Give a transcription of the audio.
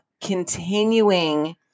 continuing